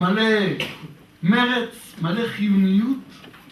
מלא מרץ, מלא חיוניות.